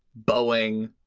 boeing,